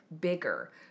bigger